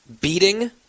beating